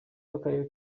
b’akarere